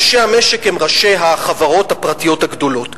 ראשי המשק הם ראשי החברות הפרטיות הגדולות.